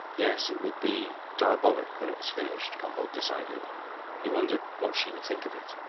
yes, it would be diabolic when it was finished, gombauld decided he wondered what she would think of it.